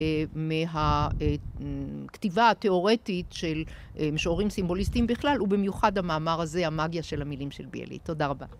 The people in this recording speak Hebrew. ‫מהכתיבה התיאורטית ‫של משוררים סימבוליסטיים בכלל, ‫ובמיוחד המאמר הזה, ‫המאגיה של המילים של ביאליק. ‫תודה רבה.